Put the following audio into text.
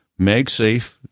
MagSafe